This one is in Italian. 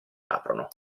aprono